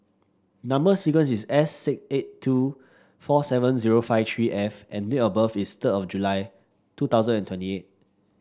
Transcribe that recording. number sequence is S eight two four seven zero five three F and date of birth is third of July two thousand and twenty eight